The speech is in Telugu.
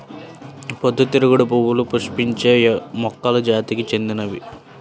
పొద్దుతిరుగుడు పువ్వులు పుష్పించే మొక్కల జాతికి చెందినవి